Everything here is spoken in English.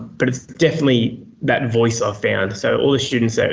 but it's definitely that voice i've found. so all the students, so